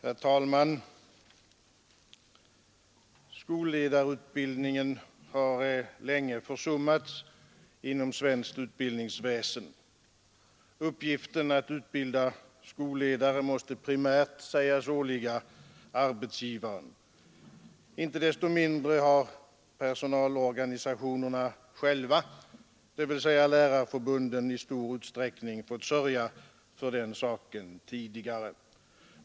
Herr talman! Skolledarutbildningen har länge försummats inom svenskt utbildningsväsende. Uppgiften att utbilda skolledare måste primärt sägas åligga arbetsgivaren. Inte desto mindre har personalorganisationerna själva, dvs. lärarförbunden, i stor utsträckning fått sörja för den saken tidigare.